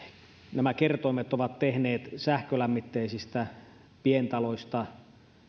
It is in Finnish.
nämä kertoimet ovat tehneet sähkölämmitteisistä pientaloista